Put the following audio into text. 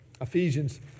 Ephesians